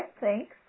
thanks